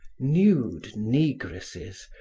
nude negresses,